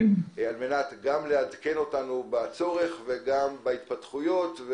על מנת לעדכן אותנו בצורך ובהתפתחויות,